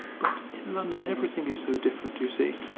but in london everything is so different, you see.